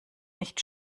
nicht